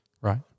right